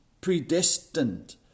predestined